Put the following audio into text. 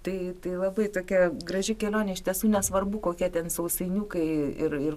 tai tai labai tokia graži kelionė iš tiesų nesvarbu kokie ten sausainiukai ir ir